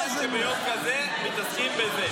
לא יאומן שביום כזה מתעסקים בזה.